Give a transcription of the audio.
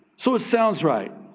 so it sounds right.